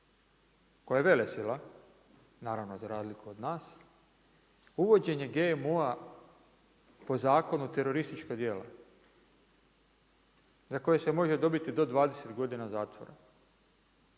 koja je velesila, naravno, za razliku od nas, uvođenje GMO-a po zakonu terorističko djelo, za koje se može dobiti do 20 godina zatvora,